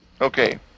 Okay